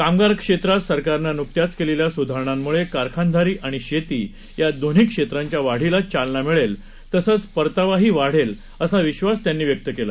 कामगार क्षेत्रात सरकारनं न्कत्याच केलेल्या स्धारणांमुळे कारखानदारी आणि शेती या दोन्ही क्षेत्रांच्या वाढीला चालना मिळेल तसंच परतावाही वाढेल असा विश्वास त्यांनी व्यक्त केला